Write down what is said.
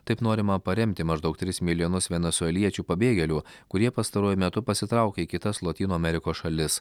taip norima paremti maždaug tris milijonus venesueliečių pabėgėlių kurie pastaruoju metu pasitraukė į kitas lotynų amerikos šalis